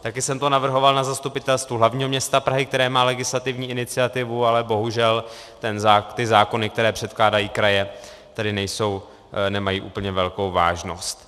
Také jsem to navrhoval na Zastupitelstvu hlavního města Prahy, které má legislativní iniciativu, ale bohužel ty zákony, které předkládají kraje, tedy nemají úplně velkou vážnost.